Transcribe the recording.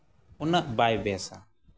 ᱩᱱᱟᱹᱜ ᱵᱟᱭ ᱵᱮᱥᱟ